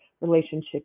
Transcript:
relationship